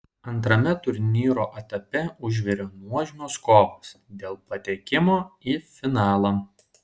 antrame turnyro etape užvirė nuožmios kovos dėl patekimo į finalą